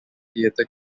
theatre